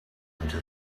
into